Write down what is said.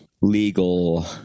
legal